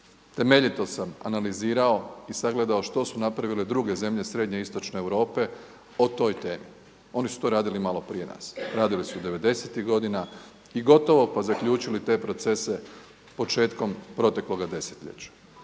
Temeljito sam analizirao i sagledao što su napravile druge zemlje srednje i istočne Europe o toj temi. Oni su to radili malo prije nas, radili su 90.tih godina i gotovo pa zaključili te procese početkom protekloga desetljeća.